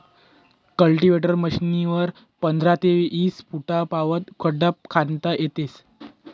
cultivator मशीनवरी पंधरा ते ईस फुटपावत खड्डा खणता येस